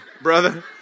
brother